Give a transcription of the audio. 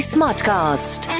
Smartcast